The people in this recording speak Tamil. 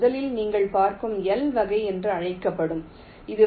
முதலில் நீங்கள் பார்க்கும் L வகை என்று அழைக்கப்படுகிறது